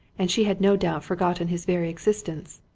and she had no doubt forgotten his very existence.